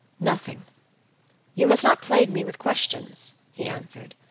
nothing you must not plague me with questions, he answered,